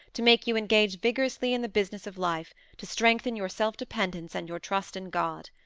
to make you engage vigorously in the business of life to strengthen your self-dependence and your trust in god.